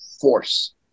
force